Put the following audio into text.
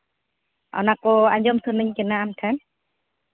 ᱚᱱᱟ ᱠᱚ ᱟᱸᱡᱚᱢ ᱥᱟᱱᱟᱧ ᱠᱟᱱᱟ ᱟᱢ ᱴᱷᱮᱱ